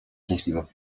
szczęśliwa